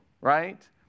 right